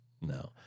No